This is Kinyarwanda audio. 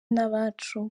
n’abacu